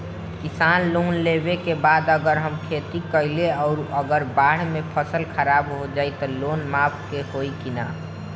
किसान लोन लेबे के बाद अगर हम खेती कैलि अउर अगर बाढ़ मे फसल खराब हो जाई त लोन माफ होई कि न?